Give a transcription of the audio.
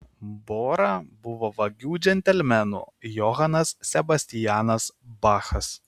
bora buvo vagių džentelmenų johanas sebastianas bachas